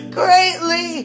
greatly